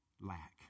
lack